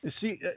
See